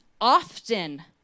often